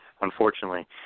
Unfortunately